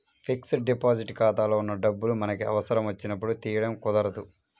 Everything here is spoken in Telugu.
ఫిక్స్డ్ డిపాజిట్ ఖాతాలో ఉన్న డబ్బులు మనకి అవసరం వచ్చినప్పుడు తీయడం కుదరదు